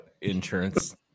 insurance